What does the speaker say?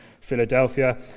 Philadelphia